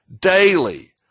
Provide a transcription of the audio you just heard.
daily